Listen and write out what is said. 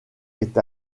est